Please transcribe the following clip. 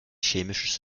chemisches